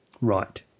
Right